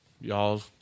y'all